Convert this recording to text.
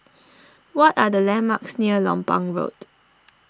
what are the landmarks near Lompang Road